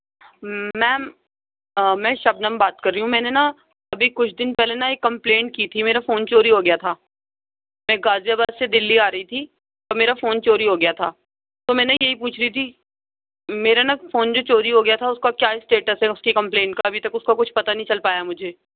میم میں شبنم بات کر رہی ہوں میں نے نا ابھی کچھ دن پہلے نا ایک کمپلین کی تھی میرا فون چوری ہو گیا تھا میں غازی آباد سے دلی آ رہی تھی اور میرا فون چوری ہو گیا تھا تو میں نے یہی پوچھ رہی تھی میرا نا فون جو چوری ہو گیا تھا اس کا کیا اسٹیٹس ہے اس کے کمپلین کا ابھی تک اس کا کچھ پتہ نہیں چل پایا مجھے